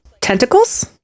tentacles